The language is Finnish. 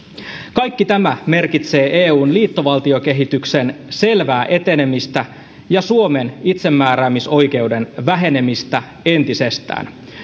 kaikki tämä merkitsee eun liittovaltiokehityksen selvää etenemistä ja suomen itsemääräämisoikeuden vähenemistä entisestään